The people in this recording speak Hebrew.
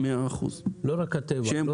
לא רק הטבע.